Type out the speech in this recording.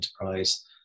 enterprise